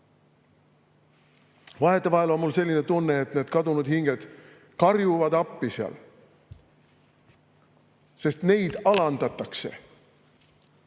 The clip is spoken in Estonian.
on mul selline tunne, et need kadunud hinged karjuvad appi seal, sest neid alandatakse.